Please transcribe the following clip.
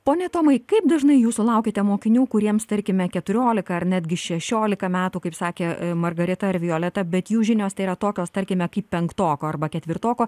pone tomai kaip dažnai jūs sulaukiate mokinių kuriems tarkime keturiolika ar netgi šešiolika metų kaip sakė margarita ir violeta bet jų žinios nėra tokios tarkime kaip penktoko arba ketvirtoko